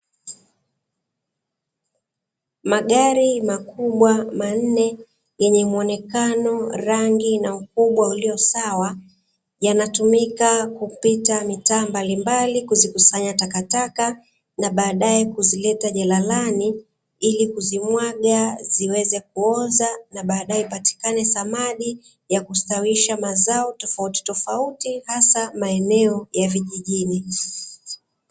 Magari makubwa manne yenye muonekano, rangi, na ukubwa ulio sawa, yanatumika kupita mitaa mbalimbali kuzikusanya takataka na baadae kuzileta jalalani, ili kuzimwaga ziweze kuoza na baadae ipatikane samadi ya kustawisha mazao tofautitofauti hasa maeneo ya vijijini.